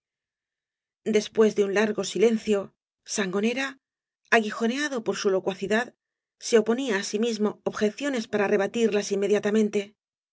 después de un largo silencio sangonera aguijoneado por su locuacidad se oponía á sí mismo objeciones para rebatirlas inmediatamente